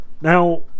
Now